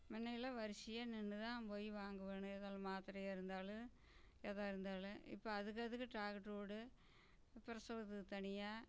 முன்னையெல்லாம் வரிசையாக நின்று தான் போய் வாங்கணும் எதாலும் மாத்திரையா இருந்தாலும் எதாக இருந்தாலும் இப்போ அதுக்கு அதுக்கு டாக்டரு வீடு பிரசவத்துக்கு தனியாக